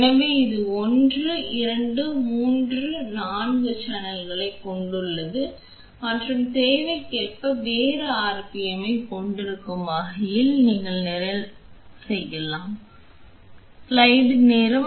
எனவே இது 1 2 3 மற்றும் 4 சேனல்களைக் கொண்டுள்ளது மற்றும் தேவைக்கேற்ப வேறு rpm ஐக் கொண்டிருக்கும் வகையில் நீங்கள் நிரல் செய்யலாம்